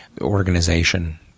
organization